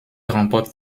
remporte